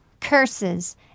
curses